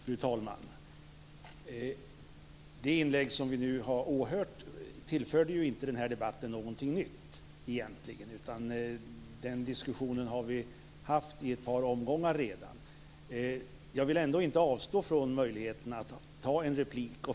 Fru talman! Det inlägg vi nu har åhört tillförde egentligen inte den här debatten något nytt. Den diskussionen har vi redan haft i ett par omgångar. Jag vill ändå inte avstå från möjligheten att begära replik.